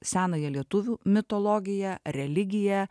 senąją lietuvių mitologiją religiją